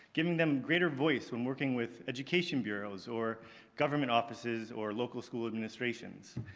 giving them greater voice when working with education bureaus or government offices or local school administrations.